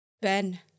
Ben